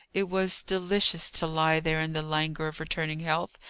it was delicious to lie there in the languor of returning health,